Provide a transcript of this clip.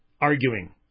arguing